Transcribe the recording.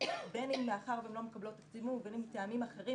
בין מאחר והן לא מקבלות את הסימון ובין אם מטעמים אחרים,